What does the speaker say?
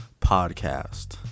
podcast